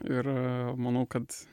ir manau kad